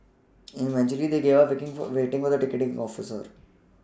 eventually they gave up waiting for waiting the ticketing officer